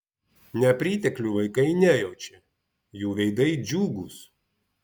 nepriteklių vaikai nejaučia jų veidai džiugūs